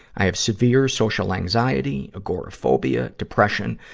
i have severe social anxiety, agoraphobia, depression,